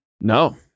No